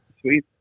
Sweet